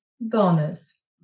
Bonus